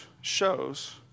shows